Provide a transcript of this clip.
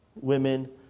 women